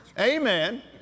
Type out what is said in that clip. Amen